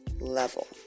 level